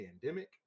pandemic